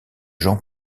jean